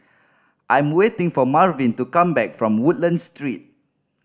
I'm waiting for Marvin to come back from Woodlands Street